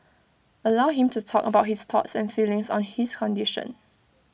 allow him to talk about his thoughts and feelings on his condition